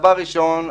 דבר ראשון,